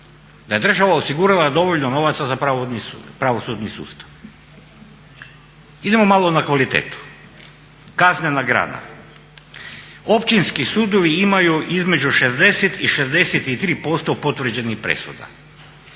da je država osigurala dovoljno novaca za pravosudni sustav. Idemo malo na kvalitetu. Kaznena grana. Općinski sudovi imaju između 60 i 63% potvrđenih presuda.